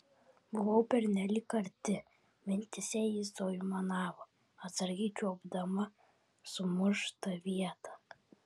buvau pernelyg arti mintyse ji suaimanavo atsargiai čiuopdama sumuštą vietą